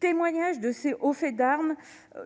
témoignage de ces hauts faits d'armes,